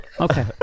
Okay